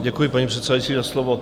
Děkuji, paní předsedající, za slovo.